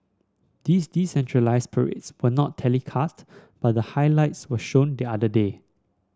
these decentralised parades were not telecast but the highlights were shown the other day